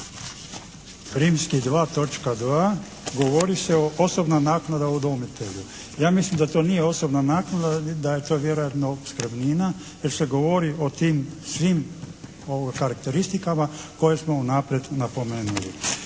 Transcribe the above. točka 2. govori se o "Osobna naknada udomitelju". Ja mislim da to nije osobna naknada, da je to vjerojatno opskrbnina jer se govori o tim svim karakteristikama koje smo unaprijed